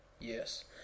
Yes